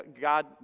God